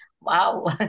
Wow